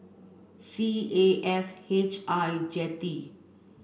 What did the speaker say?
C A F H I Jetty